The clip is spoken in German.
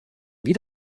wie